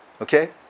Okay